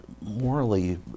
morally